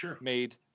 made